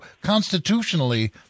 constitutionally